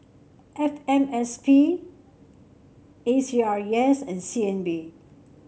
F M S P A C R E S and C N B